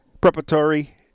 preparatory